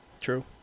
True